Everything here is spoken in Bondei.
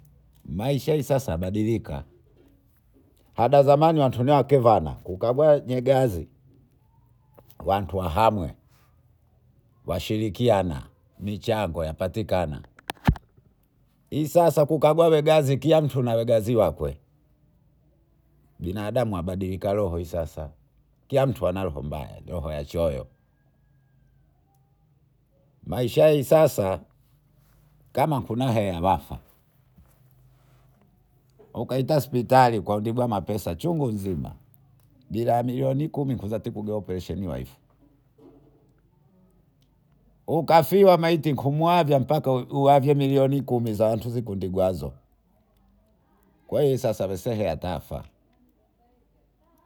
Maisha hii sawa yabadilika hata zamani watunuakevana kukagua nyegazi wantuwahame washirikiana michango yapatikana. Hii sawa kukagua vegazi kila mtu na vegaziwake binadamu abadilika roho sasa kila mtu anaroho mbaya. Maisha hii sasa kama kuna hela wafya ujaita hospitali ukatibiwa mapesa chungu mzima. bila millioni kumi kuzatibu operation waifu ukafiwa maiti kumwaga mbaka uagemillioni kumi nzandiguziukwazo kwahiyo sasa isehe yatwafa.